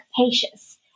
capacious